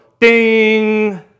ding